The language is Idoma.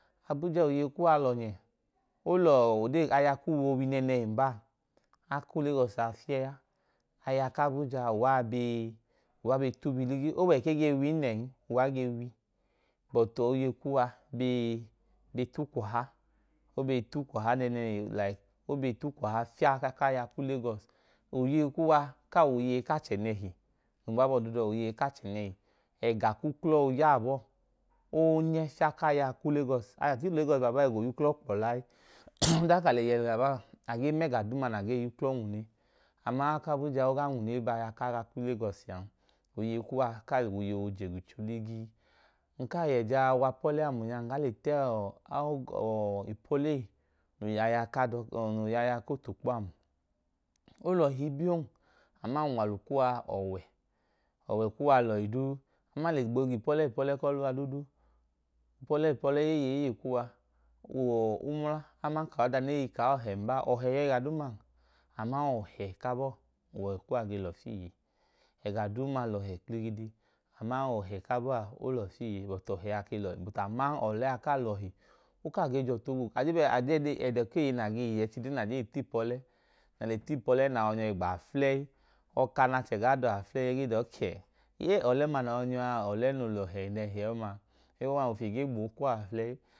Abuja, oyeyi kuwa lọhi. Odee nya, aya ku uwi oowi nẹẹnẹhi n baa a, aku ulegọsi a fiyẹ a. Ẹku abuja a, uwa bee tubi fiyẹ a. O wẹ ka e ge win n nẹn, uwa ge wi, bọtu oyeyi kuwa bee t kwọha. O bee tu kwọha nẹẹnẹhi laik o bee tu kwọha. Fiyẹ aku aya ku ulegọsi. Oyeyi ku uwa kaa wẹ oyeyi ku achẹ nẹhi. Uwa abọọ duudu a wẹ oyeyi ku achẹ nẹhi. Ẹga ku uklọ ooya abọọ, o nyẹ fiyẹ aku ulegọsi. A le ta ulegọsi abalọbaa, ẹga oyuklọ kpọ layii. Ọdanka a le yẹ baa baa, a gee ma ẹga nẹ a gee yuklọ nwune, ama aku abuja a, o gaa nwune ba aya ku ulegọsi an. Oyeyi kuwa kaa wẹ oyeyi ooje gicho ligii. Ng kaa yẹ jaa wa aya ku ọlẹ amu. Ng gaa le ta ipọlẹ ee noo wẹ aya ku otukpo amu. O lọhi ibiyoo. Ama unwalu kuwa wẹ ọwẹ. Ọwẹ kuwa lọhi duu am a, a gboo ga ipọlẹ kuwa duudu. Ipọlẹ kuwa eyeeye, eyeeye kuwa wẹ umla aman ka aọhẹn baa. Ọhẹ yọ ẹga duuman. Ama ọhẹ ku abọọ, ọhẹ kuwa bee lọfu iye. Ẹga duuma lẹ ọhẹ kpligidi, ama ọhẹ ku abọọ ọhẹ kuwa bee lọfu iye. Bọtu ọhẹ a ke lọhi. Bọtu, aman ọlẹ a kaa lọhi. O kaa ge je ọtu oowu. Eko duu nẹ a le ta ipọlẹ, a je ẹdọ ku eeye nẹ a e lẹ ọdanka a le ta ipọlẹ a? A le ta ipọlẹ, nẹ a yọi nyọ ẹga aflẹyi, ọka nẹ achẹ gaa duwọ aflẹyi a wẹ ka, ọlẹ ọma nẹ a yọi nyọ a, ọlẹ ọma noo lẹ ọhẹ nẹhi a. Ufi gee gboo kwuwọ aflẹyi.